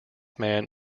man